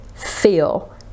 feel